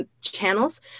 channels